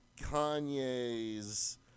kanye's